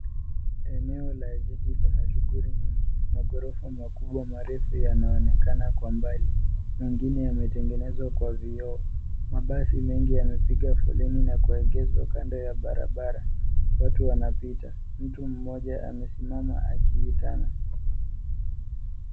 Eneo la jiji lenye shuguli nyingi. Maghorofa makubwa refu yanaonekana kwa mbali, mengine yametengenezwa kwa vioo. Mabasi mengi yamepiga foleni na kuegezwa kando ya barabara, watu wanapita, mtu mmoja amesimama akiitana.